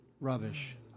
rubbish